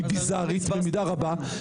במידה רבה.